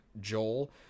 Joel